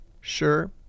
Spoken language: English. sure